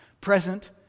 present